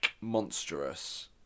monstrous